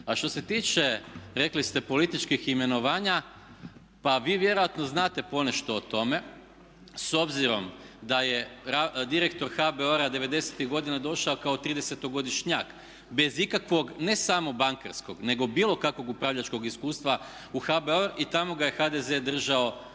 A što se tiče, rekli ste, političkih imenovanja, pa vi vjerojatno znate ponešto o tome s obzirom da je direktor HBOR-a '90.-ih godina došao kao 30.-godišnjak bez ikakvog, ne samo bankarskog nego bilo kakvog upravljačkog iskustva u HBOR i tamo ga je HDZ držao puno,